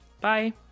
Bye